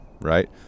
right